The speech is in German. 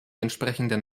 entsprechenden